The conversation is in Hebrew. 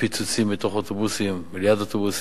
בפיצוצים בתוך אוטובוסים וליד אוטובוסים.